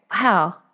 Wow